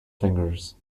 fingers